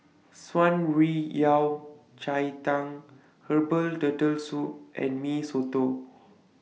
Shan Rui Yao Cai Tang Herbal Turtle Soup and Mee Soto